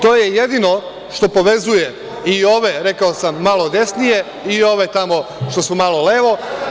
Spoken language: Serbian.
To je jedino što povezuje i ove, rekao sam malo desnije i ove tamo što su malo levo.